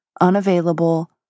Unavailable